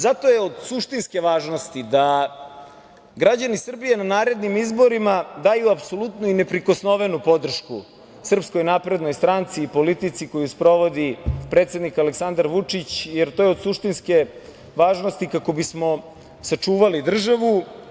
Zato je od suštinske važnosti da građani Srbije na narednim izborima daju apsolutnu i neprikosnovenu podršku Srpskoj naprednoj stranci i politici koju sprovodi predsednik Aleksandar Vučić, jer to je od suštinske važnosti kako bismo sačuvali državu.